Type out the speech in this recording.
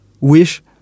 wish